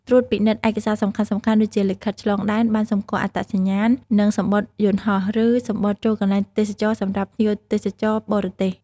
ត្រួតពិនិត្យឯកសារសំខាន់ៗ ដូចជា លិខិតឆ្លងដែន ប័ណ្ណសម្គាល់អត្តសញ្ញាណ និងសំបុត្រយន្តហោះ ឬសំបុត្រចូលកន្លែងទេសចរណ៍សម្រាប់ភ្ញៀវទេសចរណ៍ បរទេស។